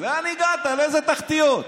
לאן הגעת, לאיזו תחתיות?